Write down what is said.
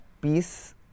peace